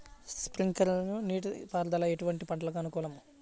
Sprinkler నీటిపారుదల ఎటువంటి పంటలకు అనుకూలము?